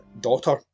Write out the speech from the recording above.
daughter